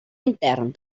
intern